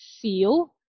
feel